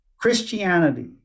Christianity